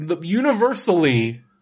Universally